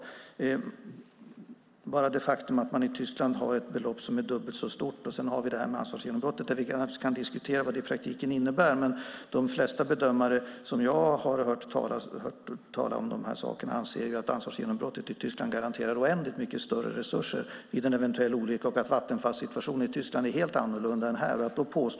När det gäller det faktum att man i Tyskland har ett belopp som är dubbelt så stort och det här ansvarsgenombrottet kan vi diskutera vad det i praktiken innebär, men de flesta bedömare som jag har hört tala om de här sakerna anser att ansvarsgenombrottet i Tyskland garanterar oändligt mycket större resurser vid en eventuell olycka och att Vattenfalls situation i Tyskland är helt annorlunda än här.